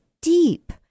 deep